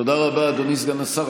תודה רבה, אדוני סגן השר.